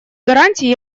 гарантий